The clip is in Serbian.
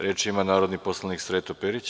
Reč ima narodni poslanik Sreto Perić.